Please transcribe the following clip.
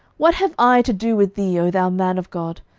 what have i to do with thee, o thou man of god?